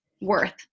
worth